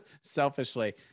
Selfishly